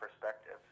perspective